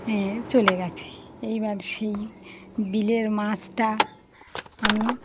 চলে গেছে এইবার সেই বিলের মাছটা আমি